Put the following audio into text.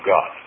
God